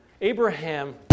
Abraham